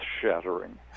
shattering